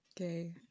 Okay